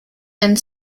and